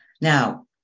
now